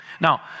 Now